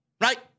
right